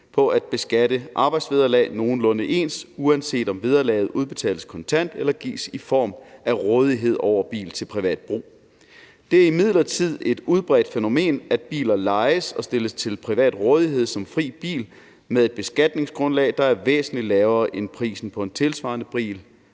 på at beskatte arbejdsvederlag nogenlunde ens, uanset om vederlaget udbetales kontant eller gives i form af rådighed over bil til privat brug. Det er imidlertid et udbredt fænomen, at biler lejes og stilles til privat rådighed som fri bil med et beskatningsgrundlag, der er væsentlig lavere end prisen på en tilsvarende bil